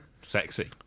Sexy